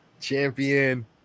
Champion